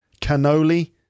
Cannoli